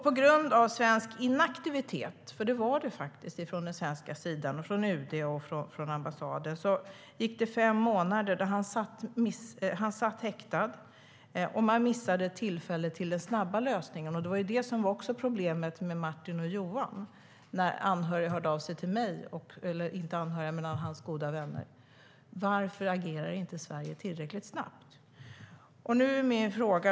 På grund av inaktivitet - det var det faktiskt - från den svenska sidan, UD och ambassaden satt han häktad i fem månader. Man missade då tillfälle till den snabba lösningen. Det var problemet även med Martin och Johan. Då hörde några av hans goda vänner av sig till mig och undrade varför Sverige inte agerade tillräckligt snabbt.